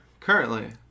Currently